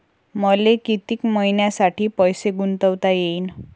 मले कितीक मईन्यासाठी पैसे गुंतवता येईन?